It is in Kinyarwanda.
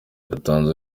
yatanze